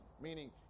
meaning